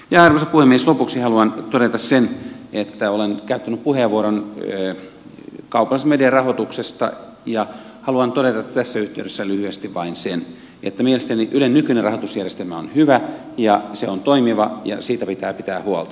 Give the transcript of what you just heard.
lopuksi haluan todeta sen että olen nyt käyttänyt puheenvuoron kaupallisen median rahoituksesta ja haluan todeta tässä yhteydessä lyhyesti vain sen että mielestäni ylen nykyinen rahoitusjärjestelmä on hyvä ja se on toimiva ja siitä pitää pitää huolta